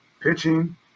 Pitching